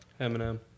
Eminem